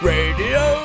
Radio